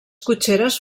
cotxeres